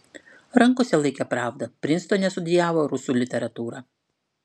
rankose laikė pravdą prinstone studijavo rusų literatūrą